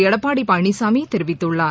எடப்பாடி பழனிசாமி தெரிவித்துள்ளார்